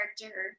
character